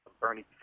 Bernie